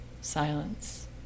silence